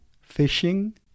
fishing